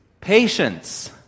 Patience